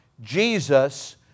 Jesus